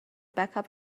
backup